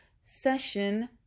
session